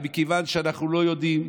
ומכיוון שאנחנו לא יודעים,